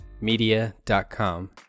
media.com